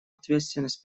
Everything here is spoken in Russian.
ответственность